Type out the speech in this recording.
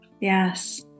Yes